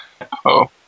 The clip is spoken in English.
-oh